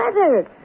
weather